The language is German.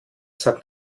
sagt